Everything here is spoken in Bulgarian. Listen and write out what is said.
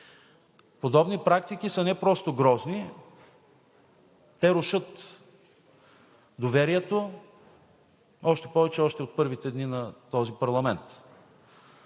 Подобни практики са не просто грозни, те рушат още повече доверието от първите дни на този парламент.